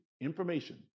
information